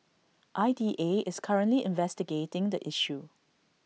I D A is currently investigating the issue